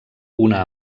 una